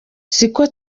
siko